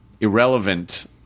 irrelevant